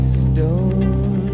stone